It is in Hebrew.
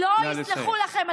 נא לסיים.